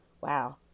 Wow